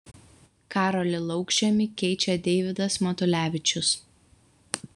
karolį laukžemį keičia deivydas matulevičius